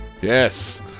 Yes